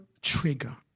trigger